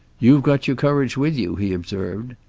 you've got your courage with you, he observed.